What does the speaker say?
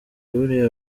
buriya